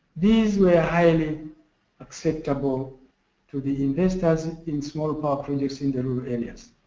these were highly acceptable to the investors in small power projects in the rural areas.